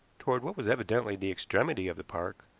toward what was evidently the extremity of the park,